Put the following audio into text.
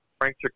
Frank